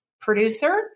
producer